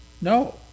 No